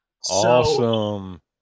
awesome